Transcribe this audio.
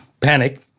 panic